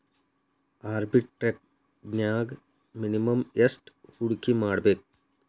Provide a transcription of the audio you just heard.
ಆರ್ಬಿಟ್ರೆಜ್ನ್ಯಾಗ್ ಮಿನಿಮಮ್ ಯೆಷ್ಟ್ ಹೂಡ್ಕಿಮಾಡ್ಬೇಕ್?